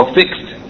fixed